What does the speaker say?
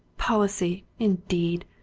policy, indeed!